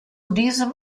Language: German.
diesem